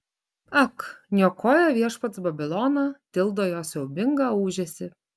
ak niokoja viešpats babiloną tildo jo siaubingą ūžesį